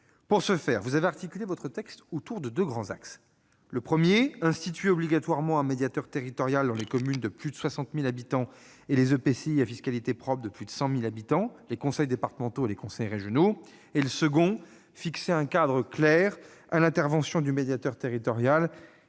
Pour ce faire, vous avez articulé votre texte autour de deux grands axes. Le premier vise à instituer obligatoirement un médiateur territorial dans les communes de plus de 60 000 habitants et les EPCI à fiscalité propre de plus de 100 000 habitants, les conseils départementaux et les conseils régionaux. Le second tend à fixer un cadre clair à l'intervention du médiateur territorial